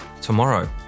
tomorrow